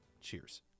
Cheers